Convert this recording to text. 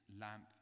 lamp